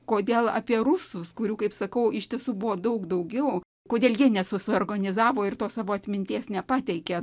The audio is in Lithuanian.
kodėl apie rusus kurių kaip sakau iš tiesų buvo daug daugiau kodėl jie nesusiorganizavo ir to savo atminties nepateikė